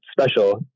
special